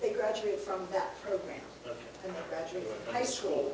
they graduate from high school